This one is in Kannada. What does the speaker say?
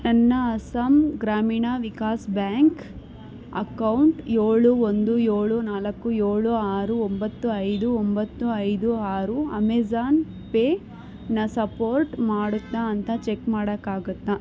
ನನ್ನ ಅಸ್ಸಾಂ ಗ್ರಾಮೀಣ ವಿಕಾಸ್ ಬ್ಯಾಂಕ್ ಅಕೌಂಟ್ ಏಳು ಒಂದು ಏಳು ನಾಲ್ಕು ಏಳು ಆರು ಒಂಬತ್ತು ಐದು ಒಂಬತ್ತು ಐದು ಆರು ಅಮೆಝಾನ್ ಪೇ ನ ಸಪೋರ್ಟ್ ಮಾಡುತ್ತಾ ಅಂತ ಚೆಕ್ ಮಾಡೋಕ್ಕಾಗುತ್ತಾ